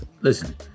Listen